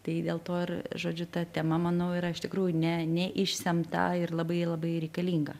tai dėl to ir žodžiu ta tema manau yra iš tikrųjų ne neišsemta ir labai labai reikalinga